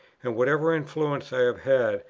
and whatever influence i have had,